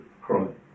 crying